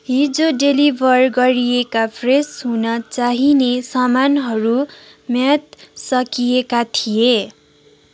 हिजो डेलिभर गरिएका फ्रेस हुन चाहिने समानहरू म्याद सकिएका थिए